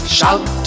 Shout